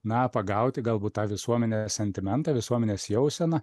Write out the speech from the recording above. na pagauti galbūt tą visuomenę sentimentą visuomenės jauseną